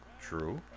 True